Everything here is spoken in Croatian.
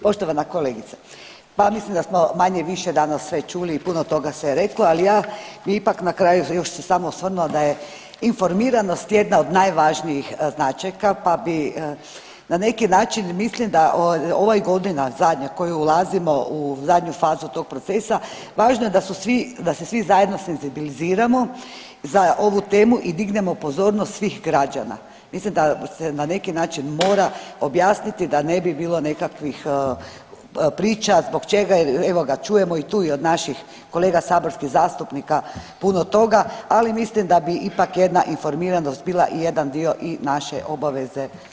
Poštovana kolegice, pa ja mislim da smo manje-više danas sve čuli i puno toga se reklo, ali ja bi ipak na kraju još samo se osvrnula da je informiranost jedna od najvažnijih značajka, pa bi, na neki mislim da ovo je godina zadnja u koju ulazimo u zadnju fazu tog procesa, važno je da su svi, da se svi zajedno senzibiliziramo za ovu temu i dignemo pozornost svih građana, mislim da se na neki način mora objasniti da ne bilo nekakvih priča zbog čega je, evo ga čujemo i tu i od naših kolega saborskih zastupnika puno toga, ali mislim da bi ipak jedna informiranost bila i jedan dio i naše obaveze da i mi javnost pogotovo u krajevima gdje živimo na neki način ovoga informiramo naše građane.